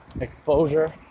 exposure